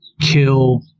kill